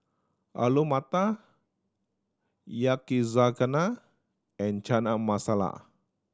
Alu Matar Yakizakana and Chana Masala